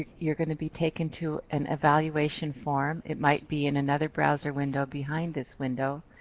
you're going to be taken to an evaluation form. it might be in another browser window behind this window.